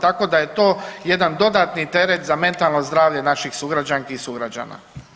Tako da je to jedan dodatni teret za mentalno zdravlje naših sugrađanki i sugrađana.